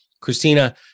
Christina